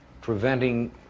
preventing